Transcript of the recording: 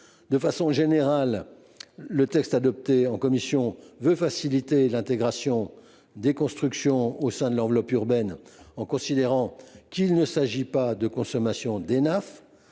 De façon générale, le texte adopté en commission a pour ambition de faciliter l’intégration des constructions au sein de l’enveloppe urbaine, en considérant qu’il ne s’agit pas de consommation d’Enaf.